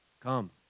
Come